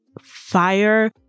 Fire